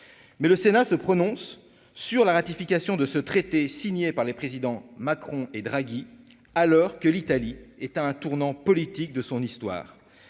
mais le Sénat se prononce sur la ratification de ce traité, signé par le président Macron et Draghi alors que l'Italie est à un tournant politique de son histoire